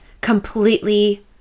completely